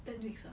ten weeks ah